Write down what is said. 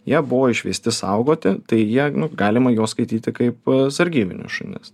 jie buvo išveisti saugoti tai jie nu galima juos skaityti kaip sargybinius šunis